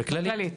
ב"כללית".